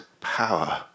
power